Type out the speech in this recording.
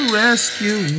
rescue